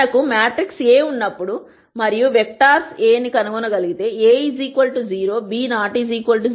మనకు matrix A ఉన్నప్పుడు మరియు వెక్టర్స్ A ను కనుగొనగలిగితే A 0 మరియు β